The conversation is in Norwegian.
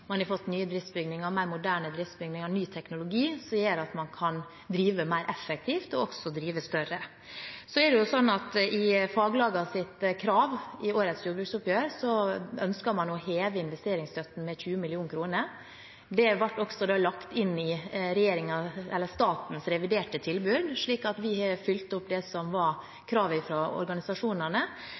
Man har fått nye driftsbygninger, mer moderne driftsbygninger og ny teknologi, som gjør at man kan drive mer effektivt og også drive større. I faglagenes krav i årets jordbruksoppgjør ønsket man å heve investeringsstøtten med 20 mill. kr. Det ble også lagt inn i statens reviderte tilbud, slik at vi har oppfylt det som var kravet fra organisasjonene.